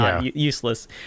useless